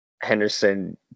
Henderson